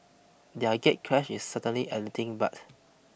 their gatecrash is certainly anything but